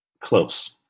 close